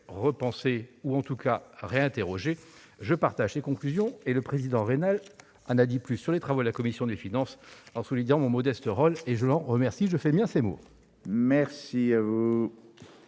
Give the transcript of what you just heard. repensés ou, en tous cas, réinterrogés. Je partage ces conclusions. Claude Raynal en a dit plus sur les travaux de la commission des finances, en soulignant mon modeste rôle, et je l'en remercie. Je fais miens ses mots. La parole